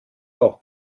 auch